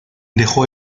dejó